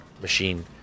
machine